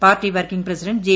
party working president J